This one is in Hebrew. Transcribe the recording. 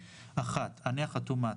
(1)אני החתום מטה,